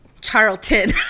charlton